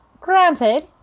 Granted